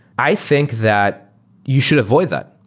i think that you should avoid that.